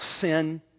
sin